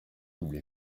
double